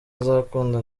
azakunda